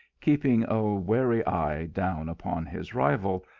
keeping a wary eye down upon his rival,